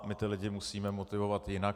My ty lidi musíme motivovat jinak.